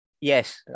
Yes